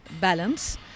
balance